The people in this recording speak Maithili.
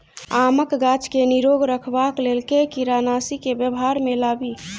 आमक गाछ केँ निरोग रखबाक लेल केँ कीड़ानासी केँ व्यवहार मे लाबी?